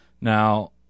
Now